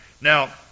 Now